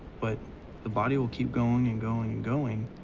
but the body will keep going and going and going.